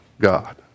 God